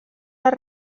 les